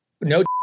No